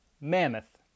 Mammoth